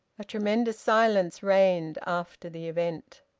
a tremendous silence reigned after the event.